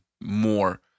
more